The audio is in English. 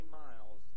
miles